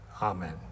Amen